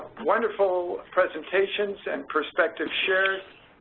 wonderful presentations and perspectives shared.